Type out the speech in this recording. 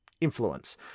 influence